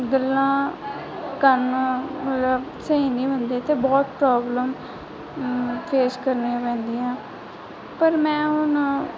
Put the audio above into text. ਗੱਲਾਂ ਕੰਨ ਮਤਲਬ ਸਹੀ ਨਹੀਂ ਮਿਲਦੇ ਅਤੇ ਬਹੁਤ ਪ੍ਰੋਬਲਮ ਫੇਸ ਕਰਨੀਆਂ ਪੈਂਦੀਆਂ ਪਰ ਮੈਂ ਹੁਣ